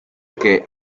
que